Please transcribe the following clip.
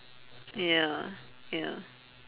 ya ya